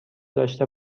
داشته